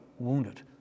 Wounded